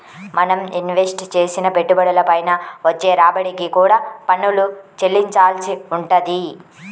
మనం ఇన్వెస్ట్ చేసిన పెట్టుబడుల పైన వచ్చే రాబడికి కూడా పన్నులు చెల్లించాల్సి వుంటది